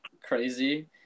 crazy